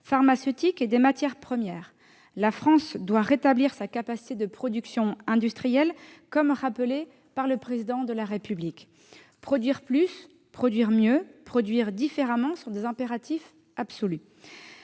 pharmaceutique et des matières premières. La France doit rétablir ses capacités en matière de production industrielle, comme l'a rappelé le Président de la République. Produire plus, produire mieux, produire différemment sont des impératifs absolus.